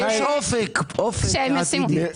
אני יודע שהיו דברים טובים בוועדה הזאת בשנה וחצי האחרונות,